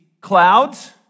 clouds